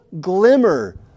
glimmer